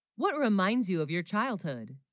what reminds you of your childhood